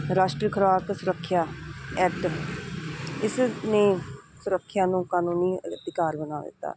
ਰਾਸ਼ਟਰੀ ਖੁਰਾਕ ਸੁਰੱਖਿਆ ਐਕਟ ਇਸ ਨੇ ਸੁਰੱਖਿਆ ਨੂੰ ਕਾਨੂੰਨੀ ਅਧਿਕਾਰ ਬਣਾ ਦਿੱਤਾ